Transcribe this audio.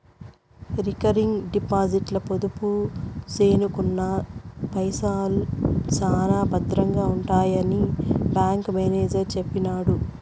recurring డిపాజిట్ల పొదుపు సేసుకున్న పైసల్ శానా బద్రంగా ఉంటాయని బ్యాంకు మేనేజరు సెప్పినాడు